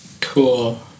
Cool